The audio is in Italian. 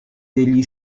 degli